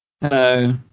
Hello